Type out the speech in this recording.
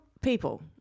people